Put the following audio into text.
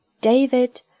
David